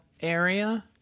area